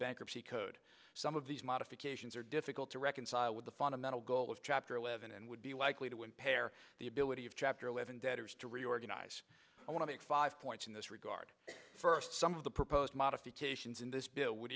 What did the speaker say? bankruptcy code some of these modifications are difficult to reconcile with the fundamental goal of chapter eleven and would be likely to impair the ability of chapter eleven debtors to reorganize i want to make five points in this regard first some of the proposed modifications in this bill would